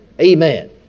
Amen